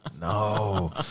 no